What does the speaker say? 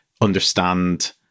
understand